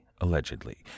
allegedly